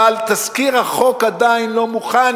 אבל תזכיר החוק עדיין לא מוכן,